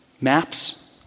Maps